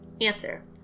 Answer